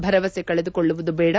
ಭರವಸೆ ಕಳೆದುಕೊಳ್ಳುವುದು ಬೇಡ